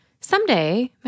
Someday